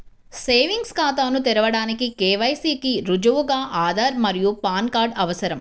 savings ఖాతాను తెరవడానికి KYC కి రుజువుగా ఆధార్ మరియు పాన్ కార్డ్ అవసరం